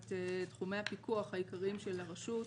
את תחומי הפיקוח העיקריים של הרשות.